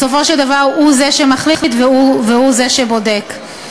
בסופו של דבר, הוא זה שמחליט והוא זה שבודק.